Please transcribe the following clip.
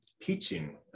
teaching